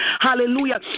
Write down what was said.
hallelujah